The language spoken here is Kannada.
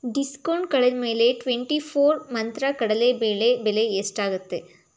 ಡಿಸ್ಕೌಂಟ್ ಕಳೆದಮೇಲೆ ಟ್ವೆಂಟಿ ಫೋರ್ ಮಂತ್ರ ಕಡಲೆ ಬೇಳೆ ಬೆಲೆ ಎಷ್ಟಾಗುತ್ತೆ